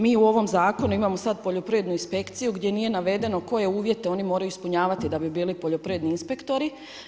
Mi u ovom zakonu imamo sad poljoprivrednu inspekciju gdje nije navedeno koje uvjete oni moraju ispunjavati da bili poljoprivredni inspektori.